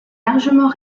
largement